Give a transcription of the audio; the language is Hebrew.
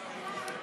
כן?